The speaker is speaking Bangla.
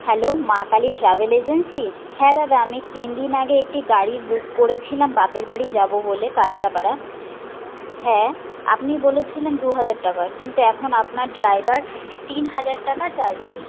hello Maa Kali travel agency হ্যাঁ দাদা আমি তিন দিন আগে একটি গাড়ি বুক করেছিলাম বাপের বাড়ি যাব বলে কাঁচড়াপাড়া হ্যাঁ আপনি বলেছিলেন দু হাজার টাকা কিন্তু এখন আপনার ড্রাইভার তিন হাজার টাকা চাইছে